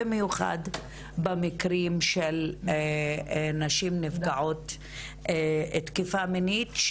במיוחד במקרים של נשים נפגעות תקיפה מינית,